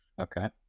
Okay